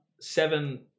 seven